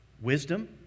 wisdom